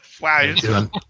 Wow